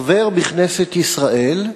חבר בכנסת ישראל,